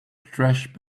trash